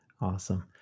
Awesome